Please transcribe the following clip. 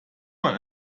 man